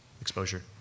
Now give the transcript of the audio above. exposure